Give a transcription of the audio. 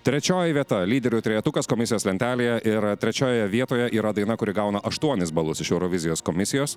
trečioji vieta lyderių trejetukas komisijos lentelėje ir trečiojoje vietoje yra daina kuri gauna aštuonis balus iš eurovizijos komisijos